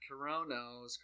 Coronos